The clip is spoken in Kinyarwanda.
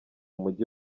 mujyi